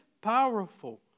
powerful